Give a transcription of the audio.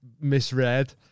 misread